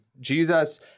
Jesus